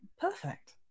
perfect